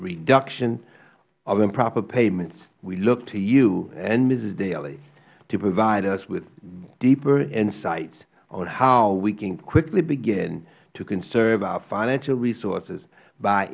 reduction of improper payments we look to you and ms daly to provide us with deeper insights on how we can quickly begin to conserve our financial resources by